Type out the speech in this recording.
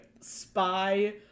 spy